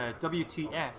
WTF